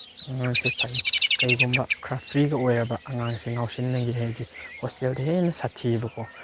ꯑꯉꯥꯡꯁꯦ ꯐꯩ ꯀꯩꯒꯨꯝꯕ ꯈꯔ ꯐ꯭ꯔꯤꯒ ꯑꯣꯏꯔꯕ ꯑꯉꯥꯡꯁꯦ ꯉꯥꯎꯁꯤꯟꯅꯒꯦ ꯍꯥꯏꯔꯗꯤ ꯍꯣꯁꯇꯦꯜꯗ ꯍꯦꯟꯅ ꯁꯥꯊꯤꯌꯦꯕꯀꯣ